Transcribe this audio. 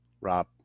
Rob